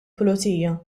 pulizija